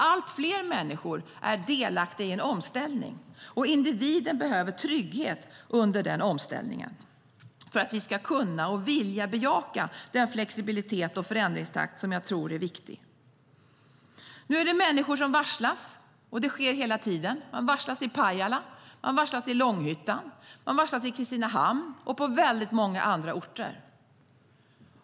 Allt fler människor är delaktiga i en omställning, och individen behöver trygghet under den omställningen för att vi ska kunna och vilja bejaka den flexibilitet och förändringstakt som jag tror är viktig. Nu är det människor som varslas. Det sker hela tiden. Man varslas i Pajala. Man varslas i Långshyttan. Man varslas i Kristinehamn och på väldigt många andra orter.